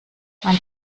mein